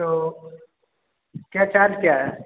तो क्या चार्ज क्या है